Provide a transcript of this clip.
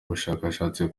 ubushakashatsi